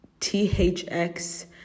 THX